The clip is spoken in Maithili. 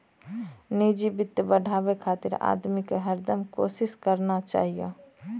निजी वित्त बढ़ाबे खातिर आदमी के हरदम कोसिस करना चाहियो